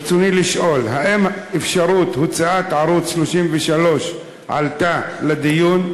רצוני לשאול: 1. האם אפשרות הוצאת ערוץ 33 עלתה לדיון?